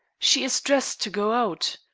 she is dressed to go out.